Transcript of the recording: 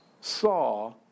saw